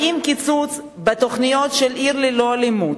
האם קיצוץ בתוכניות של "עיר ללא אלימות",